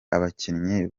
abakinnyi